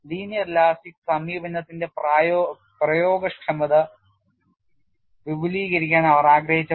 linear elastic സമീപനത്തിന്റെ പ്രയോഗക്ഷമത വിപുലീകരിക്കാൻ അവർ ആഗ്രഹിച്ചപ്പോൾ